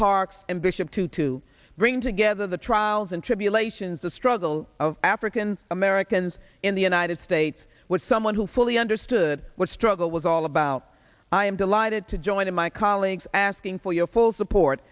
parks and bishop tutu bringing together the trials and tribulations the struggle of african americans in the united states was someone who fully understood what struggle was all about i am delighted to join my colleagues asking for your full support